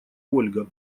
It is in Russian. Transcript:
ольга